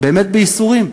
באמת בייסורים,